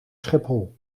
schiphol